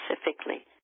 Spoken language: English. specifically